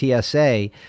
TSA